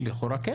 לכאורה כן.